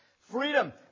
freedom